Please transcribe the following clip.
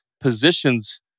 positions